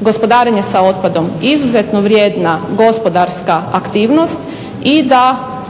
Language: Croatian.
gospodarenje sa otpadom izuzetno vrijedna gospodarska aktivnost i da